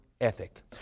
ethic